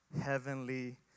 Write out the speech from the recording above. heavenly